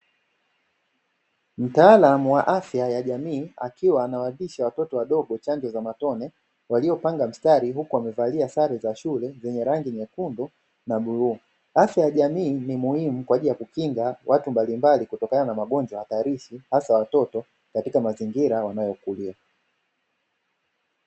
Mtaalamu wa afya ya jamii akiwa anawalisha watoto wadogo chanjo ya matone, waliopanga mstari huku wamevalia sare za shule za rangi nyekundu na bluu. Afya ya jamii ni muhimu kwa ajili ya kukinga watu mbalimbali kutokana na magonjwa hatarishi hasa watoto katika mazingira wanayokulia.